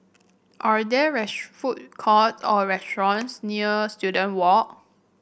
are there rest food court or restaurants near Student Walk